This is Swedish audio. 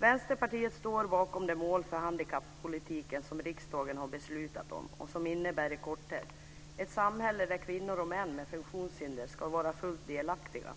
Vänsterpartiet står bakom de mål för handikappolitiken som riksdagen har beslutat om och som innebär i korthet ett samhälle där kvinnor och män med funktionshinder ska vara fullt delaktiga.